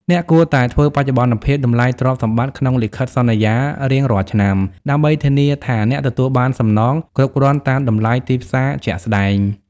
អ្នកគួរតែធ្វើបច្ចុប្បន្នភាព តម្លៃទ្រព្យសម្បត្តិ ក្នុងលិខិតសន្យារៀងរាល់ឆ្នាំ ដើម្បីធានាថាអ្នកទទួលបានសំណងគ្រប់គ្រាន់តាមតម្លៃទីផ្សារជាក់ស្ដែង។